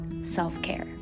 self-care